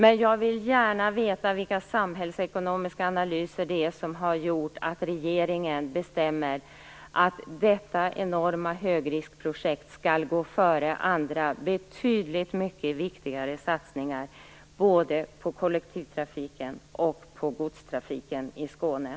Men jag vill gärna veta vilka samhällsekonomiska analyser som har gjort att regeringen bestämmer att detta enorma högriskprojekt skall gå före andra betydligt mycket viktigare satsningar på kollektivtrafiken och godstrafiken i Skåne.